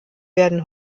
werden